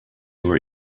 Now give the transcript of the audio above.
were